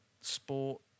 sport